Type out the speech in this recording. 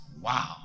Wow